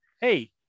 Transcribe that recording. hey